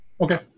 Okay